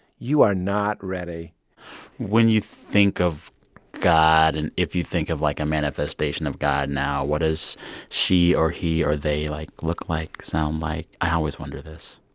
you are not ready when you think of god, and if you think of, like, a manifestation of god now, what does she or he or they, like, look like, sound like? i always wonder this.